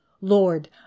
Lord